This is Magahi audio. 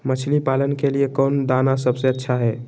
मछली पालन के लिए कौन दाना सबसे अच्छा है?